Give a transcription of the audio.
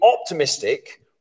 optimistic